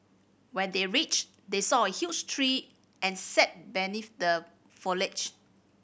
when they reached they saw a huge tree and sat beneath the foliage